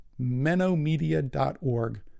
Menomedia.org